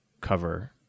cover